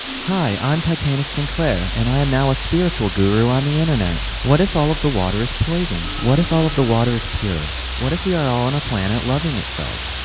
hi, i'm titanic sinclair and i am now a spiritual guru on the internet. what if all of the water is poisoned? what if all of the water is pure? what if we are all on a planet loving itself?